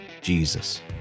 Jesus